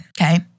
Okay